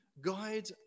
guide